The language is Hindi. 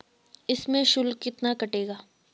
इसमें शुल्क कितना कटेगा?